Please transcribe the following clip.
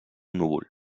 núvol